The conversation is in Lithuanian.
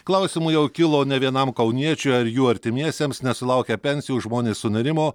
klausimų jau kilo ne vienam kauniečiui ar jų artimiesiems nesulaukę pensijų žmonės sunerimo